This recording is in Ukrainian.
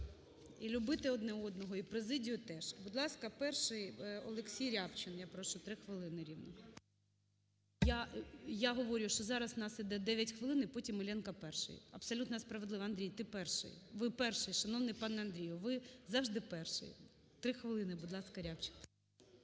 і любити одне одного, і президію теж. Будь ласка, перший Олексій Рябчин, я прошу, 3 хвилини рівно. Я говорю, що зараз у нас іде 9 хвилин, і потім Іллєнко перший, абсолютно справедливо. Андрій, ти перший. Ви перший, шановний пане Андрію, ви завжди перший. 3 хвилини, будь ласка, Рябчин.